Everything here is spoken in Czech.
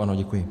Ano, děkuji.